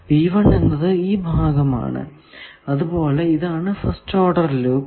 P1 എന്നത് ഈ ഭാഗമാണ് അതുപോലെ ഇതാണ് ഫസ്റ്റ് ഓഡർ ലൂപ്പ്